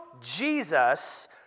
Jesus